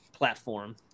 platform